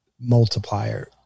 multiplier